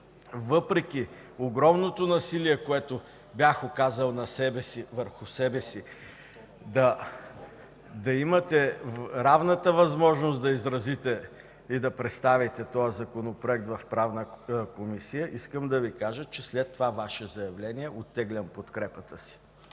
въпреки огромното насилие, което бях оказал върху себе си – да имате равната възможност да изразите и представите този Законопроект в Правната комисия, ще кажа, че след това Ваше заявление оттеглям подкрепата си.